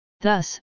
Thus